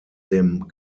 dem